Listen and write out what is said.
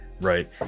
right